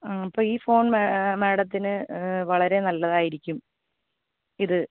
ആ അപ്പം ഈ ഫോൺ മേ മേഡത്തിന് വളരെ നല്ലതായിരിക്കും ഇത്